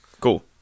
Cool